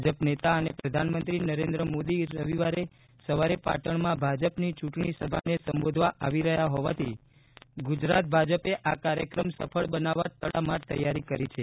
ભાજપ નેતા અને પ્રધાનમંત્રી નરેન્દ્ર મોદી રવિવારે સવારે પાટણમાં ભાજપની ચૂંટણી સભાને સંબોધવા આવી રહ્યા હોવાથી ગુજરાત ભાજપે આ કાર્યક્રમ સફળ બનાવવા તડામાર તૈયારી કરી છે